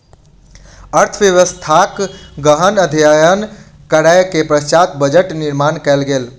अर्थव्यवस्थाक गहन अध्ययन करै के पश्चात बजट निर्माण कयल गेल